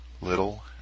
little